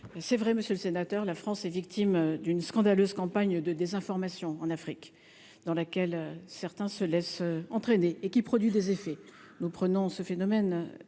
c'est vrai, monsieur le sénateur, la France est victime d'une scandaleuse campagne de désinformation en Afrique, dans laquelle certains se laissent entraîner et qui produit des effets, nous prenons ce phénomène